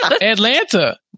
Atlanta